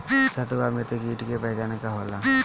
सत्रु व मित्र कीट के पहचान का होला?